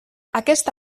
aquest